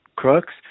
crooks